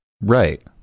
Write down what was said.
Right